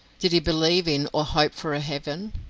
did he believe in or hope for a heaven?